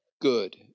good